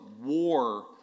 war